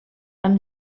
amb